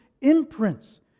imprints